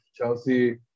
Chelsea